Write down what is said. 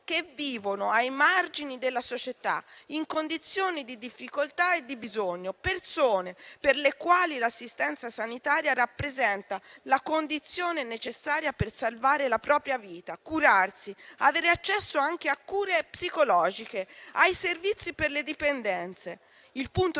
che vivono ai margini della società, in condizioni di difficoltà e di bisogno. Si tratta di persone per le quali l'assistenza sanitaria rappresenta la condizione necessaria per salvare la propria vita, curarsi e avere accesso anche a cure psicologiche, ai servizi per le dipendenze. È il punto di